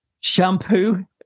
Shampoo